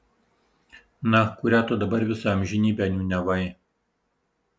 na kurią tu dabar visą amžinybę niūniavai